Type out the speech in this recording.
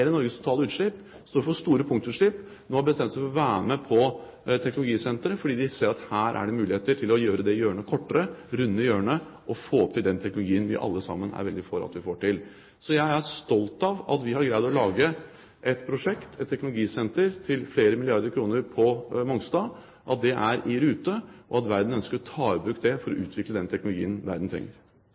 totale utslipp og står for store punktutslipp – nå har bestemt seg for å være med på teknologisenteret, fordi de ser at her er det muligheter til å gjøre det hjørnet kortere, runde hjørnet og få til den teknologien vi alle sammen er veldig for at vi får til. Så jeg er stolt av at vi har greid å lage et prosjekt, et teknologisenter til flere milliarder kroner på Mongstad, at det er i rute, og at verden ønsker å ta i bruk det for å utvikle den teknologien verden trenger.